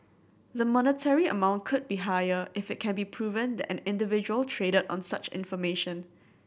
the monetary amount could be higher if it can be proven that an individual traded on such information